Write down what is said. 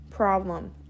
problem